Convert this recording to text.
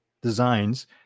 designs